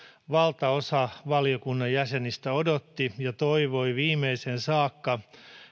valtaosa valiokunnan jäsenistä odotti ja toivoi viimeiseen saakka